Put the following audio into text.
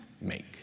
make